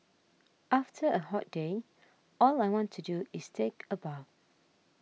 after a hot day all I want to do is take a bath